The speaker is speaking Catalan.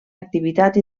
activitat